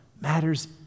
matters